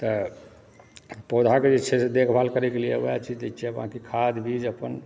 तऽ पौधाके जे छै से देखभाल करयके लिए वएह जे छै से दय छियै खाद बीज अपन